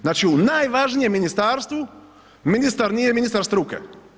Znači u najvažnijem ministarstvu ministar nije ministar struke.